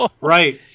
Right